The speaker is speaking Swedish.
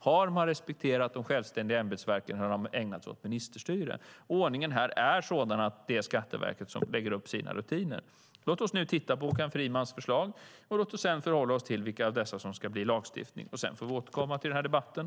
Har statsrådet respekterat de självständiga ämbetsverken eller har statsrådet ägnat sig åt ministerstyre? Ordningen är sådan att det är Skatteverket som lägger upp sina rutiner. Låt oss nu titta på Håkan Frimans förslag, och låt oss sedan förhålla oss till vilka av dessa som ska bli lagstiftning. Sedan får vi återkomma till debatten.